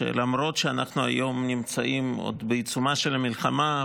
למרות שאנחנו עדיין נמצאים בעיצומה של המלחמה,